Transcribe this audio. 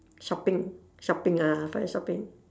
shopping shopping ah finally shopping